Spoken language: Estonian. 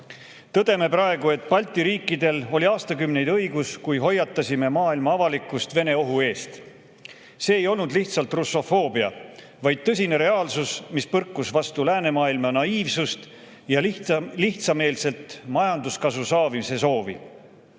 Tõdeme praegu, et Balti riikidel oli aastakümneid õigus, kui hoiatasime maailma avalikkust Vene-ohu eest. See ei olnud lihtsalt russofoobia, vaid tõsine reaalsus, mis põrkus vastu läänemaailma naiivsust ja lihtsameelset majanduskasu saamise soovi.